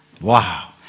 Wow